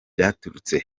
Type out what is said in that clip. byaturutse